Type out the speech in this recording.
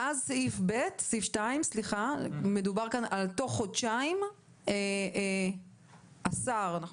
ואז בסעיף 2 מדובר שבתוך חודשיים יותקנו התקנות.